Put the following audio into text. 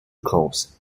crops